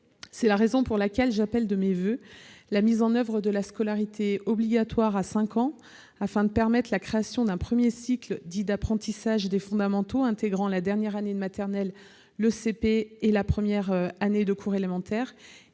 C'est la raison pour laquelle j'appelle de mes voeux la mise en oeuvre de la scolarité obligatoire à 5 ans, afin de permettre la création d'un premier cycle dit « d'apprentissage des fondamentaux », intégrant la dernière année de maternelle, le cours préparatoire et la première année de cours élémentaire,